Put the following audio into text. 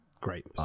great